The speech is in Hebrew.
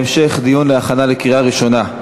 חוק ומשפט להמשך דיון ולהכנה לקריאה ראשונה.